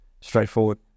straightforward